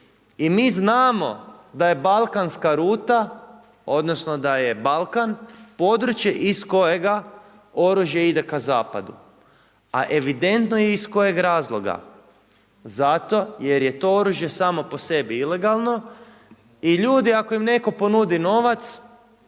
I mi znamo da je balkanska ruta odnosno da je Balkan područje iz kojega oružje ide k zapadu. A evidentno je iz kojega razloga. Zato jer je to oružje samo po sebi ilegalno i ljudi, ako im netko ponudi novac,